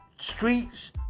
streets